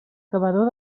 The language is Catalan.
cavador